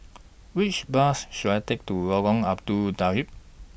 Which Bus should I Take to Lorong Abu Talib